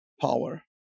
power